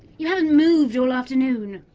you haven't moved all afternoon.